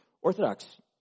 Orthodox